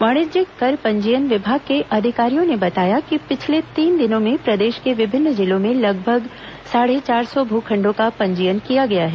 वाणिज्यक कर पंजीयन विभाग के अधिकारियों ने बताया कि पिछले तीन दिनों में प्रदेश के विभिन्न जिलों में लगभग साढ़े चार सौ भू खंडों का पंजीयन किया गया है